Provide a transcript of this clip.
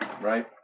Right